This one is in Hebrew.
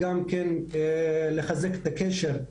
כפי שציינתי,